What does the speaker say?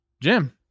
Jim